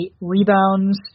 rebounds